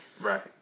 Right